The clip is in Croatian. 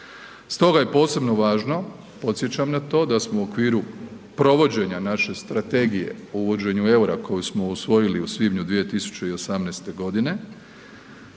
Stoga je posebno važno, podsjećam na to da smo u okviru provođenja naše strategije o uvođenju EUR-a koji smo usvojili u svibnju 2018.g.,